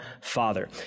father